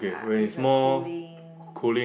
ah is a cooling